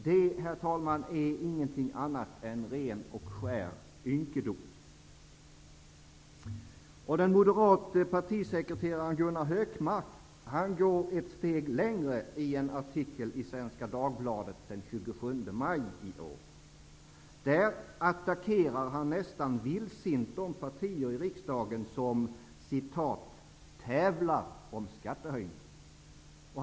Det, herr talman, är inget annat än en ren och skär ynkedom. Den moderate partisekreteraren Gunnar Hökmark går ett steg längre i en artikel i Svenska Dagbladet den 27 maj i år. Han attackerar nästan vildsint de partier i riksdagen som ''tävlar om skattehöjningar''.